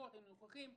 היינו נוכחים בישיבות.